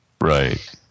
Right